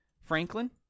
Franklin